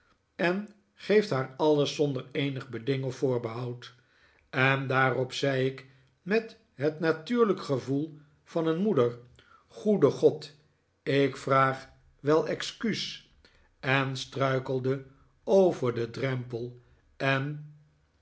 en geeft haar alles zonder eenig beding of voorbehoud en daarop zei ik met het natuurlijke gevoel van een moeder goede god ik vraag wel excuus en struikelde over den drempel en